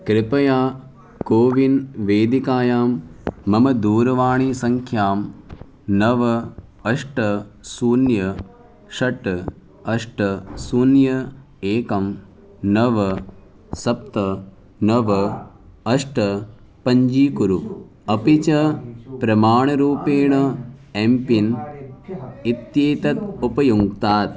कृपया कोविन् वेदिकायां मम दूरवाणीसङ्ख्यां नव अष्ट शून्यं षट् अष्ट शून्यम् एकं नव सप्त नव अष्ट पञ्जीकुरु अपि च प्रमाणरूपेण एम् पिन् इत्येतत् उपयुङ्क्तात्